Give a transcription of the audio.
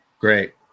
Great